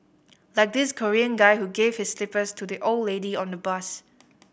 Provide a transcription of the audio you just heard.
like this Korean guy who gave his slippers to the old lady on the bus